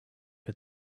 had